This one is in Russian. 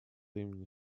имени